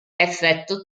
effetto